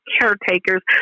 caretakers